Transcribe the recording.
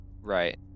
Right